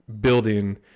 building